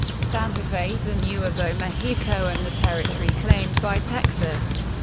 santa fe de nuevo mexico and the territory claimed by texas.